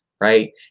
right